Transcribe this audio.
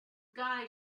guy